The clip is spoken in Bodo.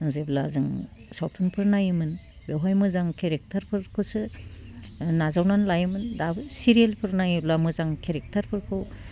जेब्ला जों सावथुनफोर नायोमोन बेवहाय मोजां केरेक्टारफोरखौसो नाजावनानै लायोमोन दाबो सिरियेलफोर नायोब्ला मोजां केक्टारफोरखौ